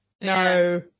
No